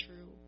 true